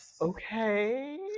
okay